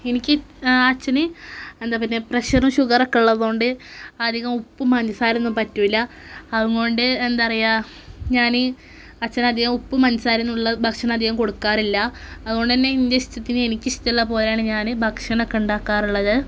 എനിക്ക് അച്ഛന് എന്താ പിന്നെ പ്രശറും ഷുഗറുമൊക്കെ ഉള്ളതുകൊണ്ട് അധികം ഉപ്പും പഞ്ചസാരയൊന്നും പറ്റില്ല അതുകൊണ്ട് എന്താ പറയുക ഞാൻ അച്ഛന് അധികം ഉപ്പും പഞ്ചസാരയൊന്നും ഉള്ള ഭക്ഷണം അധികം കൊടുക്കാറില്ല അതുകൊണ്ടുതന്നെ എൻ്റെ ഇഷ്ടത്തിന് എനിക്കിഷ്ടമുള്ള പോലെയാണ് ഞാൻ ഭക്ഷണമൊക്കെ ഉണ്ടാക്കാറുള്ളത്